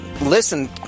listen